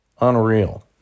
Unreal